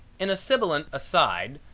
in a sibulent aside,